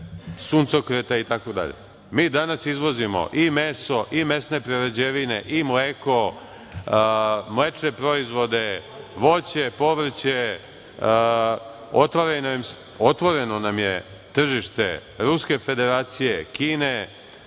suncokreta, a mi danas izvozimo i meso i mesne prerađevine i mleko, mlečne proizvode, voće, povrće, otvoreno nam je tržište Ruske federacije, Kine,